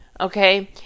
Okay